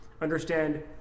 understand